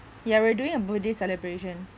ya we're doing a birthday celebration